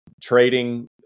trading